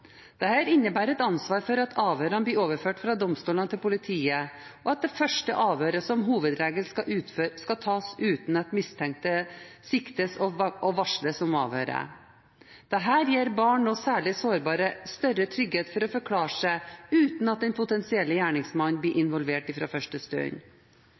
innebærer at ansvaret for avhørene blir overført fra domstolene til politiet, og at det første avhøret som hovedregel skal tas uten at mistenkte siktes og varsles om avhøret. Dette gir barn og særlig sårbare større trygghet til å forklare seg uten at den potensielle gjerningsmannen blir